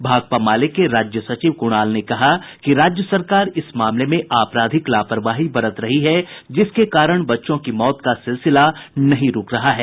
भाकपा माले के राज्य सचिव कुणाल ने कहा कि राज्य सरकार इस मामले में आपराधिक लापरवाही बरत रही है जिसके कारण बच्चों की मौत का सिलसिला नहीं रूक रहा है